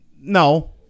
No